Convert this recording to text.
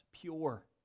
pure